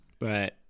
Right